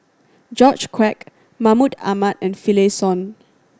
George Quek Mahmud Ahmad and Finlayson